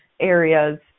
areas